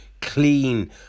clean